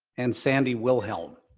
and sandy wilhelm.